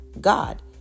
God